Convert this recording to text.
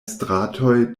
stratoj